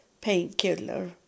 painkiller